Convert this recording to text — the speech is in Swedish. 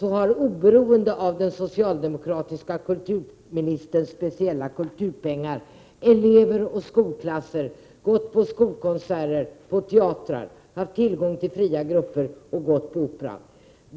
har, oberoende av den socialdemokratiska kulturministerns speciella kulturpengar, elever och skolklasser gått på skolkonserter och teatrar, haft tillgång till fria grupper och gått på Operan.